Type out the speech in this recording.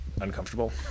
uncomfortable